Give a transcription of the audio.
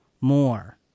more